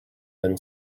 then